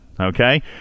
Okay